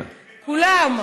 כולם.